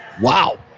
Wow